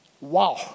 Wow